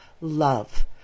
love